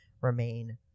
remain